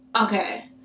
okay